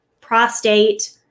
prostate